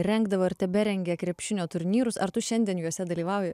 rengdavo ir teberengia krepšinio turnyrus ar tu šiandien juose dalyvauji